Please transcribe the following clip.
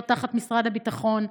להיות תחת משרד הביטחון.